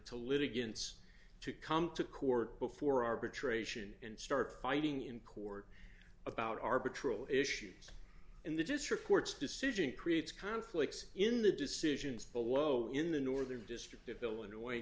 to litigants to come to court before arbitration and start fighting in court about arbitrary issues in the district court's decision creates conflicts in the decisions below in the northern district of illinois